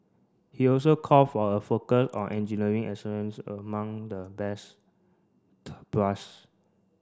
he also call for a focus on engineering excellence among the brass